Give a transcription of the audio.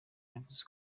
yavuze